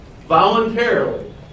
voluntarily